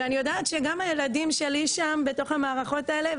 ואני יודעת שגם הילדים שלי שם בתוך המערכות האלה,